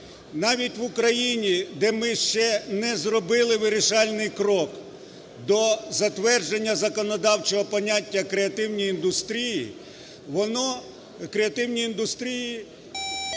Навіть в Україні, де ми ще не зробили вирішальний крок до затвердження законодавчого поняття "креативні індустрії", креативні індустрії